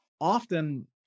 Often